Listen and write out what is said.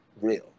real